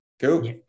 Cool